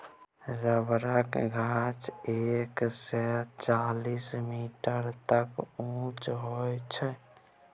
रबरक गाछ एक सय चालीस मीटर तक उँच होइ छै